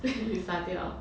then you 撒掉